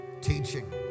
teaching